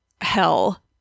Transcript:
hell